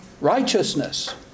righteousness